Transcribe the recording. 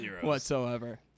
whatsoever